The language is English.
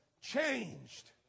changed